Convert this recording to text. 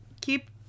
Keep